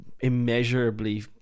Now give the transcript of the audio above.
immeasurably